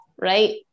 Right